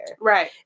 Right